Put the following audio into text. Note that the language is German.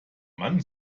mann